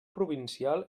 provincial